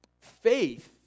Faith